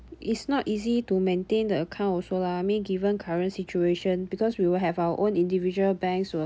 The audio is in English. it's not easy to maintain the account also lah I mean given current situation because we will have our own individual banks will